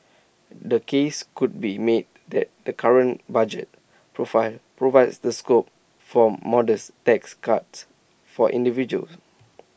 the case could be made that the current budget profile provides the scope for modest tax cuts for individuals